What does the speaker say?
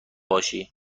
باشی